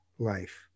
life